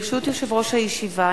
ברשות יושב-ראש הישיבה,